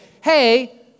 hey